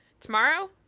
Tomorrow